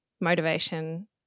motivation